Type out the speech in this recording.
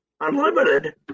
unlimited